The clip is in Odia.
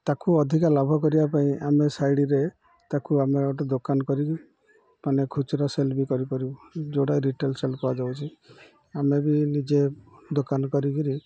ତାକୁ ଅଧିକା ଲାଭ କରିବା ପାଇଁ ଆମେ ସାଇଡ଼ରେ ତାକୁ ଆମର ଗୋଟେ ଦୋକାନ କରିକି ମାନେ ଖୁଚୁରା ସେଲ୍ ବି କରିପାରିବୁ ଯେଉଁଟା ରିଟେଲ୍ ସେଲ୍ କୁହାଯାଉଛି ଆମେ ବି ନିଜେ ଦୋକାନ କରିକିରି